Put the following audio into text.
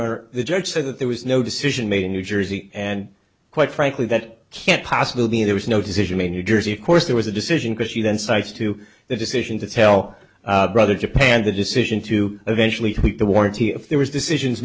are the judge said that there was no decision made in new jersey and quite frankly that can't possible be there was no decision may new jersey of course there was a decision because she then cites to the decision to tell rather japanned the decision to eventually the warranty if there was decisions